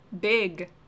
Big